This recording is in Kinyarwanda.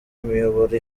miyoboro